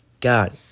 God